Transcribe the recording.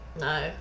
No